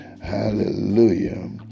hallelujah